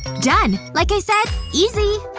done. like i said easy.